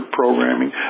programming